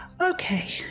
Okay